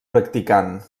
practicant